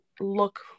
look